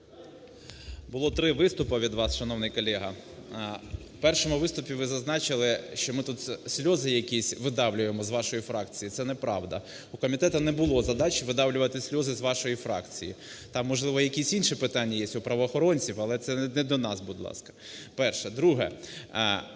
Було три виступи від вас, шановний колего. В першому виступі ви зазначили, що ми тут сльози якісь видавлюємо з вашої фракції. Це неправда. У комітету не було задачі видавлювати сльози з вашої фракції. Там, можливо, якісь інші питання є, у правоохоронців. Але це не до нас, будь ласка. Перше. Друге.